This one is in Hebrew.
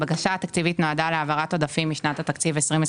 הבקשה התקציבית נועדה להעברת עודפים משנת התקציב 21'